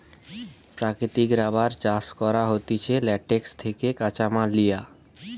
প্রাকৃতিক রাবার চাষ করা হতিছে ল্যাটেক্স থেকে কাঁচামাল লিয়া